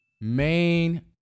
Main